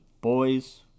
boys